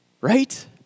Right